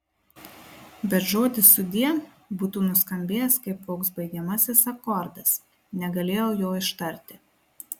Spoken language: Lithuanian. bet žodis sudie būtų nuskambėjęs kaip koks baigiamasis akordas negalėjau jo ištarti